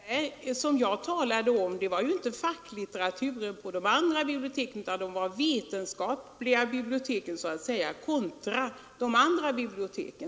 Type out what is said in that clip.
Herr talman! Vad jag talade om här var inte facklitteraturen på de vanliga biblioteken, utan det var de vetenskapliga biblioteken kontra de vanliga biblioteken.